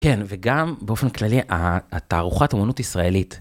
כן, וגם באופן כללי, התערוכת אמנות ישראלית.